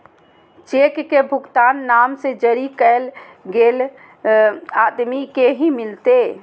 cheque के भुगतान नाम से जरी कैल गेल आदमी के ही मिलते